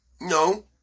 No